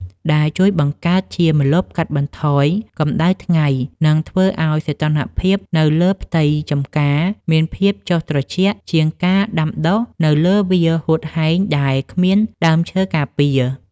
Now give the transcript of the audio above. ដែលជួយបង្កើតជាម្លប់កាត់បន្ថយកម្ដៅថ្ងៃ និងធ្វើឱ្យសីតុណ្ហភាពនៅលើផ្ទៃចម្ការមានភាពចុះត្រជាក់ជាងការដាំដុះនៅលើវាលហួតហែងដែលគ្មានដើមឈើការពារ។